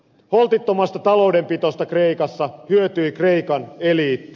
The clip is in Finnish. holtittomasta taloudenpidosta kreikassa hyötyi kreikan eliitti